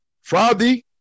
Friday